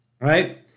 right